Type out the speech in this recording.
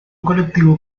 colectivo